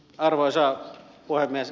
arvoisa puhemies